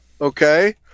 Okay